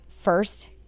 first